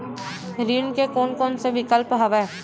ऋण के कोन कोन से विकल्प हवय?